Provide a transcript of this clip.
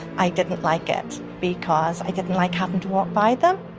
i didn't like it because i didn't like having to walk by them.